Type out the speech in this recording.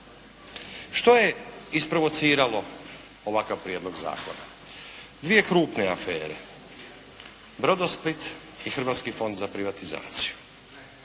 Što je isprovociralo ovakav prijedlog zakona? Dvije krupne afere, Brodosplit i Hrvatski fond za privatizaciju.